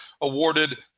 awarded